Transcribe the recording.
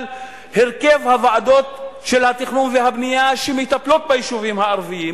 הרכב הוועדות של התכנון והבנייה שמטפלות ביישובים הערביים,